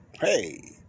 Hey